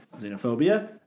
xenophobia